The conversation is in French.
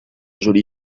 joli